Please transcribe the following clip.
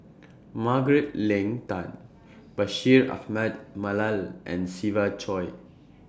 Margaret Leng Tan Bashir Ahmad Mallal and Siva Choy